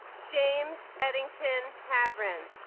james eddington havran